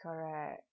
correct